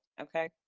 Okay